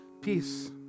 peace